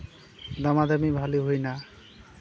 ᱫᱟᱢᱟ ᱫᱟᱹᱢᱤ ᱵᱷᱟᱹᱞᱤ ᱦᱩᱭᱱᱟ